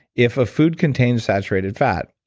if a food contains saturated fat,